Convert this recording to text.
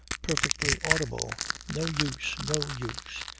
perfectly audible. no use! no use!